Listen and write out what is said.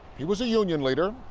he was a union leader.